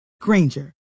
Granger